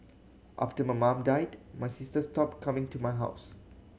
after my mum died my sister stopped coming to my house